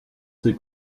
ces